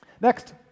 Next